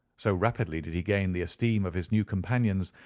so rapidly did he gain the esteem of his new companions,